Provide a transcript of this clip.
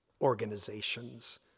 organizations